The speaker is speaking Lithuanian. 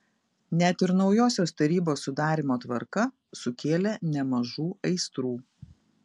net ir naujosios tarybos sudarymo tvarka sukėlė nemažų aistrų